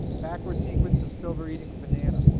backward sequence of silver eating a banana.